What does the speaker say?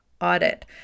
audit